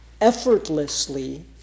effortlessly